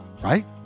right